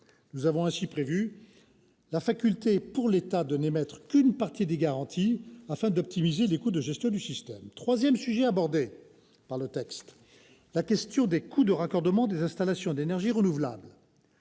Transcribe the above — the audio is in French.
Nous avons aussi prévu la faculté pour l'État de n'émettre qu'une partie des garanties, afin d'optimiser les coûts de gestion du système. En troisième lieu, ce texte aborde la question des coûts de raccordement des installations d'énergies renouvelables.